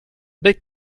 big